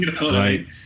Right